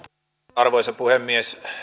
arvoisa puhemies